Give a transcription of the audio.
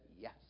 yes